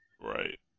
right